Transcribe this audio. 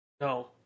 no